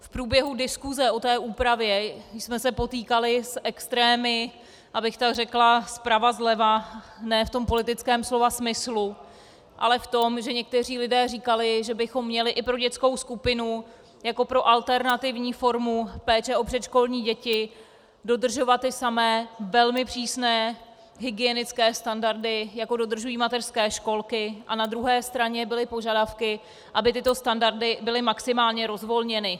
V průběhu diskuse o té úpravě jsme se potýkali s extrémy, abych tak řekla, zprava zleva, ne v tom politickém slova smyslu, ale v tom, že někteří lidé říkali, že bychom měli i pro dětskou skupinu jako pro alternativní formu péče o předškolní děti dodržovat ty samé, velmi přísné hygienické standardy, jaké dodržují mateřské školky, a na druhé straně byly požadavky, aby tyto standardy byly maximálně rozvolněny.